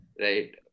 right